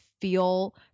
feel